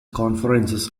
conferences